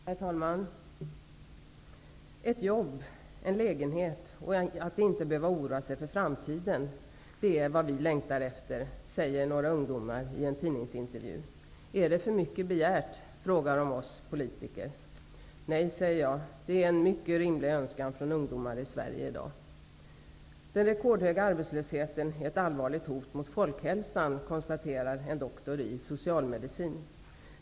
Herr talman! Ett jobb, en lägenhet och att inte behöva oroa sig för framtiden -- det är vad vi längtar efter. Det säger några ungdomar i en tidningsintervju. Är det för mycket begärt, frågar de oss politiker. Nej, säger jag, det är en mycket rimlig önskan från ungdomar i Sverige i dag. Den rekordhöga arbetslösheten är ett allvarligt hot mot folkhälsan, konstaterar en doktor i socialmedicin.